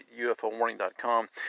ufowarning.com